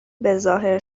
بهظاهر